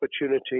opportunity